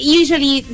usually